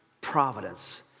providence